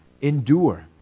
Endure